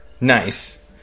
Nice